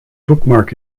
bookmark